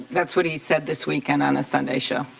that's what he said this weekend on a sunday show.